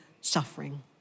suffering